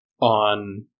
on